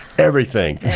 everything.